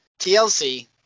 TLC